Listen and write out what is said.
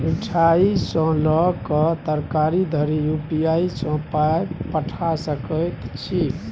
मिठाई सँ लए कए तरकारी धरि यू.पी.आई सँ पाय पठा सकैत छी